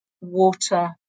water